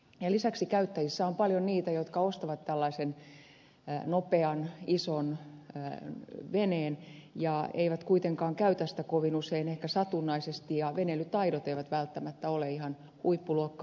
lisäksi käyttäjissä on paljon niitä jotka ostavat tällaisen nopean ison veneen ja eivät kuitenkaan käytä sitä kovin usein ehkä satunnaisesti ja veneilytaidot eivät välttämättä ole ihan huippuluokkaa